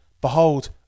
Behold